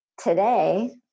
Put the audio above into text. today